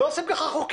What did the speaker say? כך לא עושים חוקים.